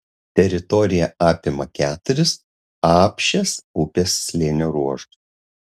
teritorija apima keturis apšės upės slėnio ruožus